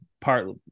partly